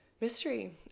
mystery